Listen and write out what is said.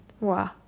Wow